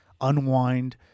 unwind